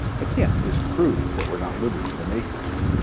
i can't disprove that we're not living in the matrix.